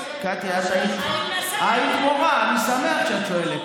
קטי, היית מורה, אז אני שמח שאת שואלת.